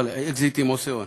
ובאקזיטים עושים הון.